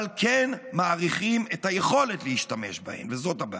אבל כן מאריכים את היכולת להשתמש בהן, וזאת הבעיה.